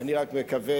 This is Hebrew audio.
אני רק מקווה